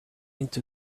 into